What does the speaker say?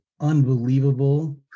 unbelievable